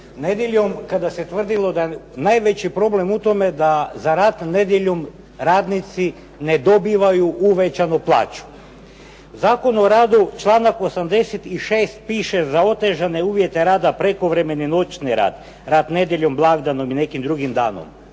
nedjeljom, kada se tvrdilo da najveći problem u tome da za rad nedjeljom radnici ne dobivaju uvećanu plaću. Zakon o radu, članak 86. piše za otežane uvjete rada, prekovremeni noćni rad, rad nedjeljom, blagdanom i nekim drugim danom